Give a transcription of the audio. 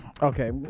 Okay